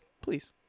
please